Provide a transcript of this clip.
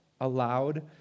allowed